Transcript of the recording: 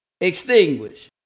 Extinguish